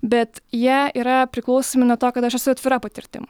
bet jie yra priklausomi nuo to kad aš esu atvira patirtim